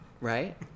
Right